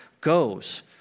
goes